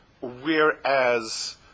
Whereas